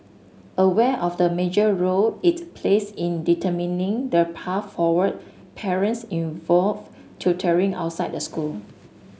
aware of the major role it plays in determining the path forward parents involve tutoring outside the school